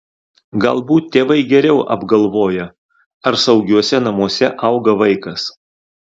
galbūt tėvai geriau apgalvoja ar saugiuose namuose auga vaikas